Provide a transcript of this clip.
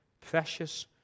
precious